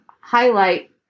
highlight